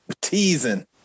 teasing